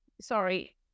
sorry